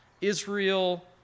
Israel